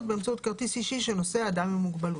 באמצעות כרטיס אישי שנושא אדם עם מוגבלות.